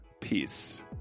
Peace